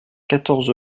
quatorze